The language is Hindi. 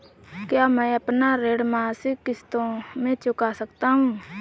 क्या मैं अपना ऋण मासिक किश्तों में चुका सकता हूँ?